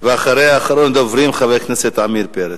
אחריה, אחרון הדוברים, חבר הכנסת עמיר פרץ.